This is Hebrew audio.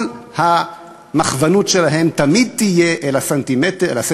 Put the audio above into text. כל המכוונות שלהם תמיד תהיה אל הסנטימטר